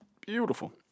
beautiful